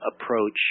approach